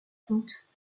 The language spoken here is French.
contes